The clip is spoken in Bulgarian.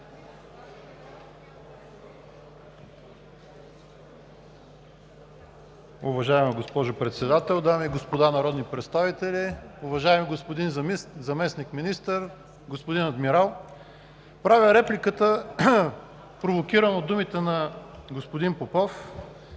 Уважаема госпожо Председател, дами и господа народни представители, уважаеми господин Заместник-министър, господин Адмирал! Правя репликата, провокиран от думите на генерал Попов.